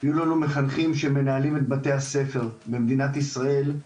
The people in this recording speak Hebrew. ויהיו לנו מחנכים שמנהלים את בתי הספר במדינת ישראל,